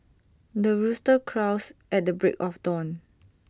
the rooster crows at the break of dawn